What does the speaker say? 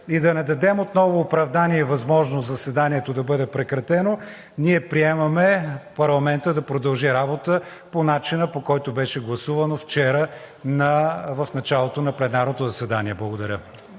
и да не дадем отново оправдания и възможност заседанието да бъде прекратено, ние приемаме парламентът да продължи работа по начина, по който беше гласувано вчера в началото на пленарното заседание. Благодаря.